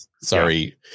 sorry